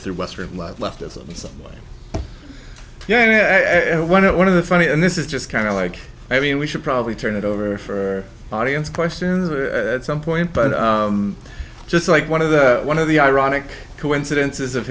so yeah one of the funny and this is just kind of like i mean we should probably turn it over for audience questions some point but just like one of the one of the ironic coincidences of